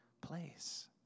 place